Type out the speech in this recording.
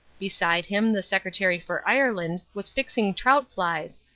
beside him the secretary for ireland was fixing trout flies,